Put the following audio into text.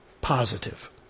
positive